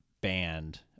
banned